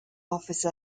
office